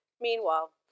Meanwhile